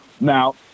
Now